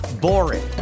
boring